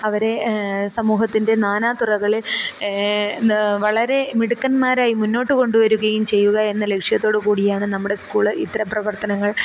അവരെ സമൂഹത്തിൻ്റെ നാനാതുറകളെ വളരെ മിടുക്കന്മാരായി മുന്നോട്ടു കൊണ്ടു വരിക യും ചെയ്യുകയെന്ന ലക്ഷ്യത്തോടു കൂടിയാണ് നമ്മുടെ സ്കൂള് ഇത്തരം പ്രവർത്തനങ്ങൾ